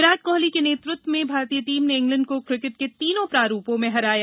विराट कोहली के नेतृत्व में भारतीय टीम ने इंग्लैंड को क्रिकेट के तीनों प्रारूपों में हराया